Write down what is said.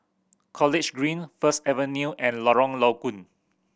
College Green First Avenue and Lorong Low Koon